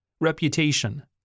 reputation